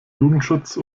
jugendschutz